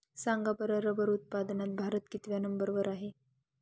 सांगा बरं रबर उत्पादनात भारत कितव्या नंबर वर आहे?